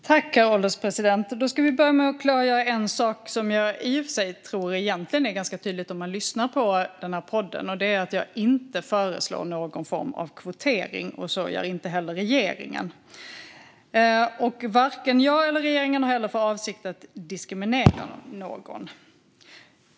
Herr ålderspresident! Låt mig börja med att klargöra något som jag i och för sig tror egentligen är tydligt om man lyssnar på podden. Det är att jag inte förslår någon form av kvotering, och så gör heller inte regeringen. Varken jag eller regeringen har för avsikt att diskriminera någon.